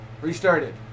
restarted